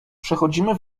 przechodzimy